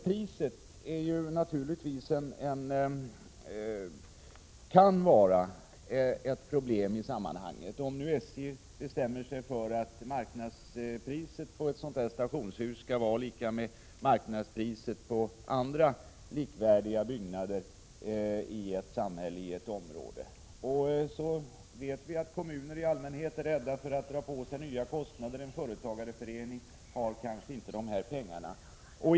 Priset kan naturligtvis vara ett problem i sammanhanget, om SJ bestämmer sig för att marknadspriset för ett sådant här stationshus skall vara lika med marknadspriset för andra likvärdiga byggnader i ett samhälle. Vi vet att kommuner i allmänhet är rädda för att dra på sig nya kostnader, och företagarföreningen på orten har kanske inte de pengar som behövs.